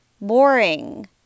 boring